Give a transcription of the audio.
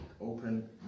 open